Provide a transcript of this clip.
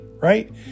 right